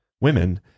women